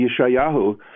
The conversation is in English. Yeshayahu